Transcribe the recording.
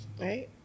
Right